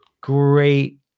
great